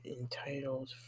entitled